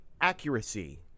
accuracy